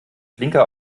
blinker